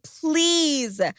please